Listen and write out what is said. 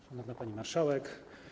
Szanowna Pani Marszałek!